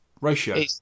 ratio